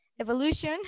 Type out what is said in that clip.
evolution